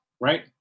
right